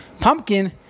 pumpkin